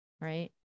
Right